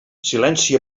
silenci